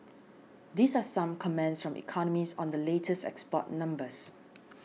these are some comments from economists on the latest export numbers